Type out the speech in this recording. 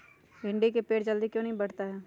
भिंडी का पेड़ जल्दी क्यों नहीं बढ़ता हैं?